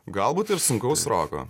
galbūt ir sunkaus roko